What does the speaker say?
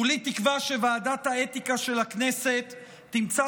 כולי תקווה שוועדת האתיקה של הכנסת תמצא